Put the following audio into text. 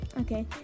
okay